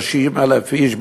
30,000 איש,